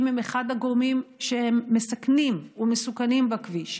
הם אחד הגורמים שמסכנים ומסוכנים בכביש,